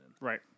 Right